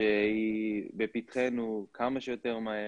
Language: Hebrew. שהיא בפתחנו כמה שיותר מהר.